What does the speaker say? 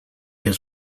has